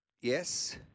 Yes